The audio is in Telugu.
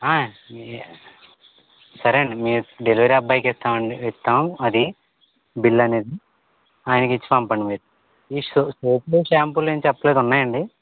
సరే అండి మేము డెలివరీ అబ్బాయికి ఇస్తామండి ఇస్తాం అది బిల్లు అనేది ఆయనకి ఇచ్చి పంపండి మీరు ఈ సోప్లు షాంపూలు ఏమి చెప్పలేదు ఉన్నాయండి